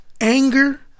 anger